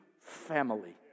family